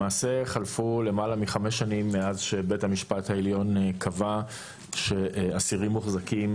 למעשה חלפו למעלה מחמש שנים מאז שבית המשפט העליון קבע שאסירים מוחזקים